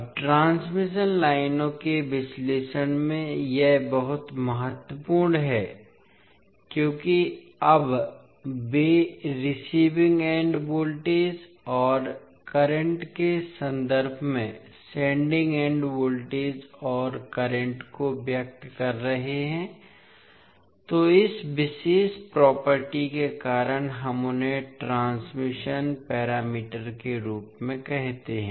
अब ट्रांसमिशन लाइनों के विश्लेषण में यह बहुत महत्वपूर्ण है क्योंकि अब वे रिसीविंग एन्ड वोल्टेज और करंट के संदर्भ में सेंडिंग एन्ड वोल्टेज और करंट को व्यक्त कर रहे हैं तो इस विशेष प्रॉपर्टी के कारण हम उन्हें ट्रांसमिशन पैरामीटर के रूप में कहते हैं